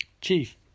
Chief